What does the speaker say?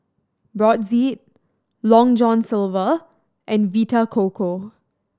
Brotzeit Long John Silver and Vita Coco